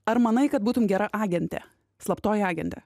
ar manai kad būtum gera agentė slaptoji agentė